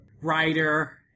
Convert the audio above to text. writer